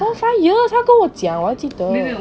four five years 他跟我讲我还记得